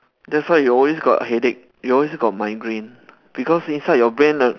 that's why you always got headache you always got migraine because inside your brain the